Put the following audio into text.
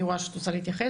אני רואה שאת רוצה להתייחס.